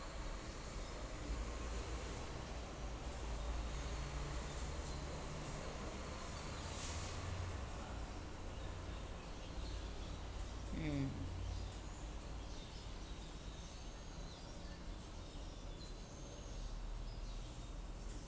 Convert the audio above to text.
mm